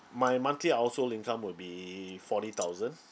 my monthly household income will be forty thousand